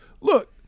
Look